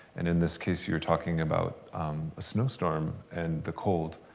and in this case, you were talking about a snowstorm and the cold.